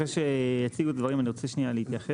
אחרי שיציגו דברים אני רוצה רגע להתייחס,